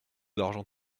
d’argent